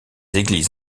églises